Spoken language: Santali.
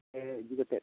ᱚᱲᱟᱜ ᱛᱮ ᱤᱫᱤ ᱠᱟᱛᱮ